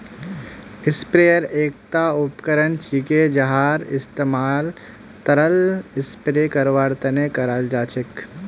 sprayer एकता उपकरण छिके जहार इस्तमाल तरल स्प्रे करवार तने कराल जा छेक